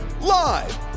Live